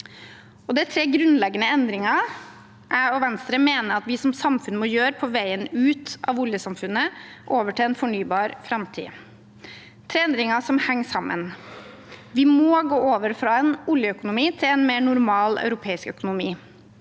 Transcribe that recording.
er tre grunnleggende endringer jeg og Venstre mener vi som samfunn må gjøre på veien ut av oljesamfunnet og over til en fornybar framtid. Disse tre endringene henger sammen: Vi må gå over fra en oljeøkonomi til en mer normal europeisk økonomi,